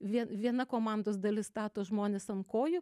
vien viena komandos dalis stato žmones an kojų